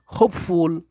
hopeful